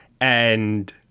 and-